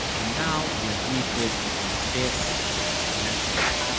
and now we are greeted with this message.